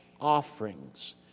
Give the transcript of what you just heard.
offerings